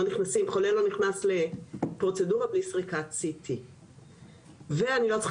חולה לא נכנס לפרוצדורה בלי סריקת CT. אני לא צריכה